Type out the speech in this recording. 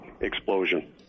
explosion